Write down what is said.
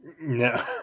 No